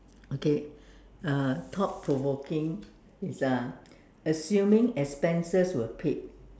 okay uh thought provoking is uh assuming expenses were paid